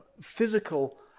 physical